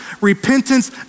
repentance